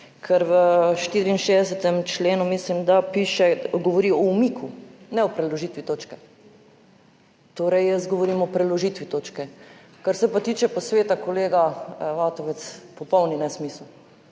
Ker v 64. členu, mislim, da piše, govori o umiku, ne o preložitvi točke torej, jaz govorim o preložitvi točke. Kar se pa tiče posveta, kolega Vatovec, popolni nesmisel.